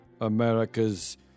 America's